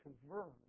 confirmed